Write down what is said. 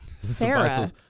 sarah